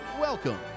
welcome